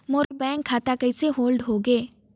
मोर bank खाता कइसे hold होगे?